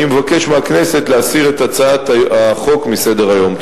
ואני מבקש מהכנסת להסיר את הצעת החוק מסדר-היום.